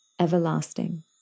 everlasting